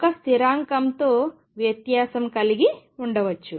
ఒక స్థిరాంకం తో వ్యత్యాసం కలిగి ఉండొచ్చు